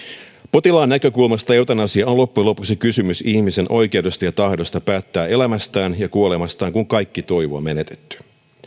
potilaan näkökulmasta eutanasia on loppujen lopuksi kysymys ihmisen oikeudesta ja tahdosta päättää elämästään ja kuolemastaan kun kaikki toivo on menetetty